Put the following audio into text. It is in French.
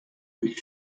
avec